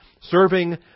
Serving